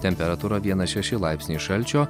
temperatūra vienas šeši laipsniai šalčio